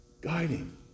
guiding